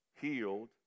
healed